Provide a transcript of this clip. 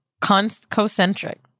concentric